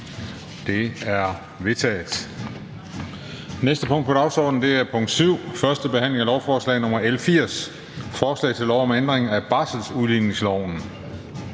Det er vedtaget. --- Det næste punkt på dagsordenen er: 7) 1. behandling af lovforslag nr. L 80: Forslag til lov om ændring af barselsudligningsloven.